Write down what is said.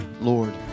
Lord